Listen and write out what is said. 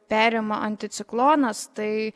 perima anticiklonas tai